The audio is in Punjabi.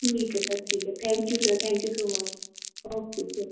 ਠੀਕ ਹੈ ਸਰ ਠੀਕ ਹੈ thank you sir thank you so much okay sir